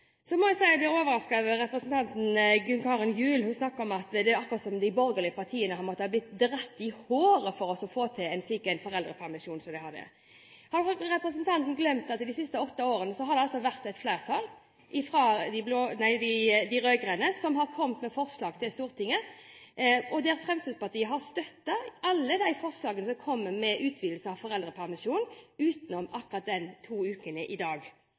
Jeg må si jeg ble overrasket over representanten Gunn Karin Gjul, som snakket om at det er akkurat som om de borgerlige partiene har måttet bli dratt etter håret for å få til en slik foreldrepermisjon vi har. Har representanten glemt at det de siste åtte årene har vært et rød-grønt flertall, som har kommet med forslag til Stortinget, og Fremskrittspartiet har støttet alle forslagene man har kommet med om utvidelse av foreldrepermisjon, unntatt akkurat de to ukene i dag?